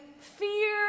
fear